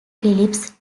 phillips